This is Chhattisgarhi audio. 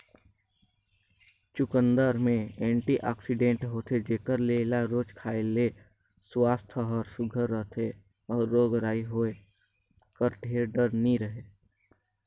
चुकंदर में एंटीआक्सीडेंट होथे जेकर ले एला रोज खाए ले सुवास्थ हर सुग्घर रहथे अउ रोग राई होए कर ढेर डर नी रहें